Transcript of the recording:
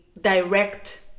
direct